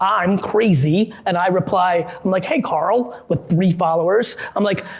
i'm crazy, and i reply, i'm like, hey, carl, with three followers, i'm like,